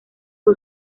fue